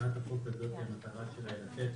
התשפ"ב-2022 (מ/1501),